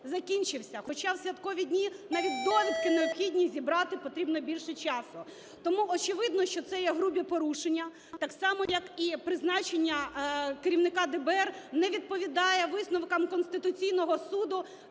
закінчився, хоча в святкові дні навіть довідки необхідні зібрати потрібно більше часу. Тому, очевидно, що це є грубі порушення, так само, як і призначення керівника ДБР не відповідає висновкам Конституційного Суду